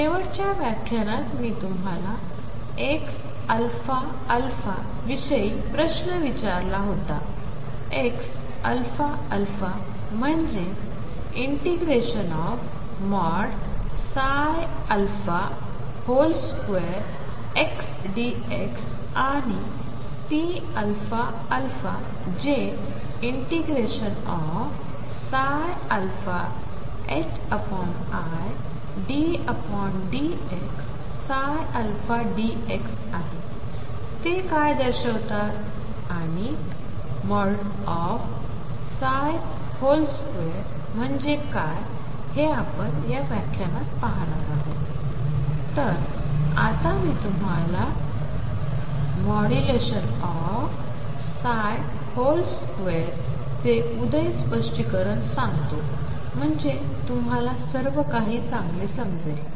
शेवटच्या व्याख्यानात मी तुम्हाला xαα विषयी प्रश्न विचारलेला होता xαα म्हणजे ∫2xdx आणि pαα जे ∫iddx dx आहे ते काय दर्शवतात आणि 2 म्हणजे काय हे आपण या व्याख्यानात पाहणार आहोत तर आता मी तुम्हाला ।2 चे उदय स्पष्टीकरणं सांगतो म्हणजे तुम्हाला सर्वकाही चांगले समजेल